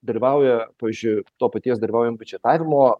dalyvauja pavyzdžiui to paties dalyvaujam biudžetavimo